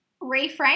reframe